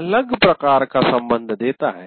अलग प्रकार का संबंध देता है